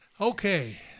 Okay